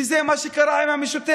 וזה מה שקרה עם המשותפת.